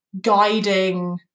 guiding